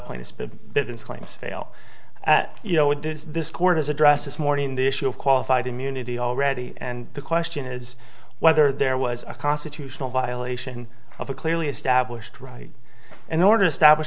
at you know it is this court has addressed this morning the issue of qualified immunity already and the question is whether there was a constitutional violation of a clearly established right in order to establish